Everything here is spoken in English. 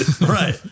Right